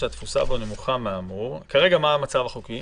סלע: 1) לגבי בדיקות הקורונה המיידיות,